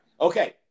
Okay